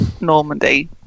Normandy